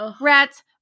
rats